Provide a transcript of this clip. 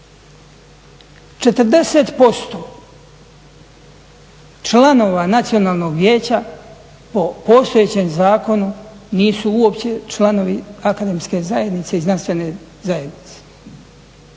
40% članova Nacionalnog vijeća po postojećem zakonu nije uopće članovi akademske zajednice i znanstvene zajednice.